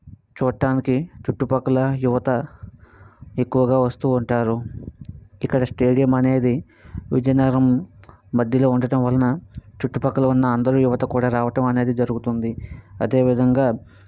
చూడటానికి చుట్టుపక్కల యువత ఎక్కువగా వస్తూ ఉంటారు ఇక్కడ స్టేడియం అనేది విజయనగరం మధ్యలో ఉండటం వలన చుట్టుపక్కల ఉన్న అందరూ యువత కూడా రావటం అనేది జరుగుతుంది